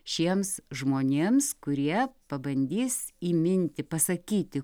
šiems žmonėms kurie pabandys įminti pasakyti